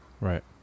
Right